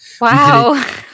Wow